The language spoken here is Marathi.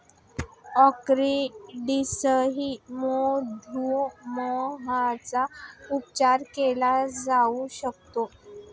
अक्रोडसह मधुमेहाचा उपचार केला जाऊ शकतो